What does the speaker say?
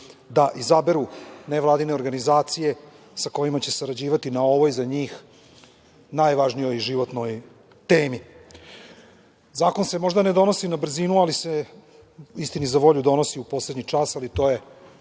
da izaberu nevladine organizacije sa kojima će sarađivati na ovoj za njih najvažnijoj životnoj temi. Zakon se možda ne donosi na brzinu, ali se istini za volju donosi u poslednji čas, ali to je